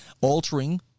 altering